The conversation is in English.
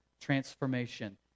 transformation